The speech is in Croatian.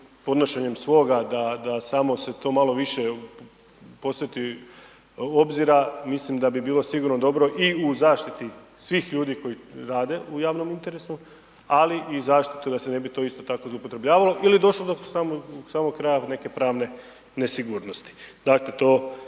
podnošenjem svoga da samo se to malo više posveti obzira, mislim da bi bilo sigurno dobro i u zaštiti svih ljudi koji rade u javnom interesu, ali i zaštiti da se ne bi to isto tako zloupotrebljavalo ili došlo do samog kraja neke pravne nesigurnosti. Dakle to,